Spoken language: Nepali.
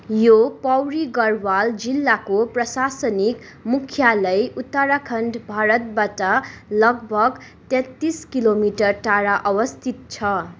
यो पौरी गढवाल जिल्लाको प्रशासनिक मुख्यालय उत्तराखण्ड भारतबाट लगभग तेत्तिस किलोमिटर टाढा अवस्थित छ